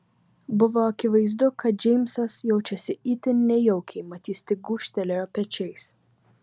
buvo akivaizdu kad džeimsas jaučiasi itin nejaukiai mat jis tik gūžtelėjo pečiais